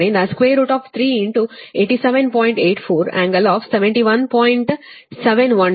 12 degree kilovolt ಅನ್ನು 152